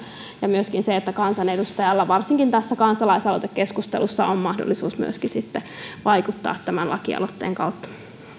ja myöskin se että kansanedustajalla varsinkin tässä kansalaisaloitekeskustelussa on mahdollisuus myöskin sitten vaikuttaa lakialoitteen kautta